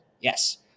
Yes